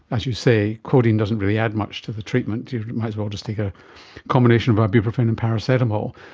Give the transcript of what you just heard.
as you say, codeine doesn't really add much to the treatment, you might as well just take a combination of ibuprofen and paracetamol,